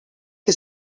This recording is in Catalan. que